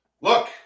Look